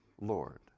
Lord